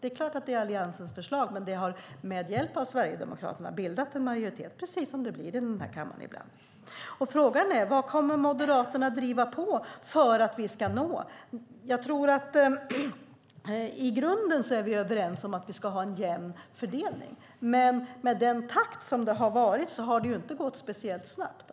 Det är klart att det är Alliansens förslag, men ni har med hjälp av Sverigedemokraterna bildat en majoritet, precis så som det blir i den här kammaren ibland. Frågan är vad Moderaterna kommer att driva på för att vi ska nå en jämnare fördelning. Jag tror att vi i grunden är överens om att vi ska ha en jämn fördelning, men med den takt som har varit har det inte gått speciellt snabbt.